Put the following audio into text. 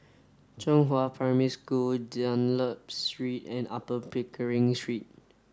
Zhenghua Primary School Dunlop Street and Upper Pickering Street